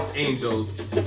angels